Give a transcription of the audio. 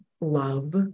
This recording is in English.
love